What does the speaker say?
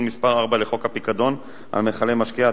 מס' 4) לחוק הפיקדון על מכלי משקה,